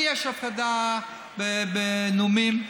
לי יש הפרדה בנאומים,